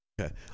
Okay